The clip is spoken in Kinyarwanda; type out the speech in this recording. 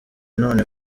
none